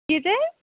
के चाहिँ